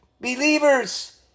Believers